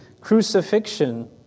crucifixion